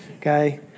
okay